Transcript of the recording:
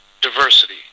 diversity